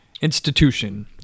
institution